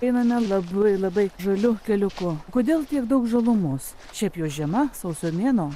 einame labai labai žaliu keliuku kodėl tiek daug žalumos šiaip jau žiema sausio mėnuo